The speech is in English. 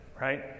right